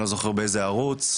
אני לא זוכר באיזה ערוץ,